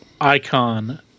icon